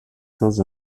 sans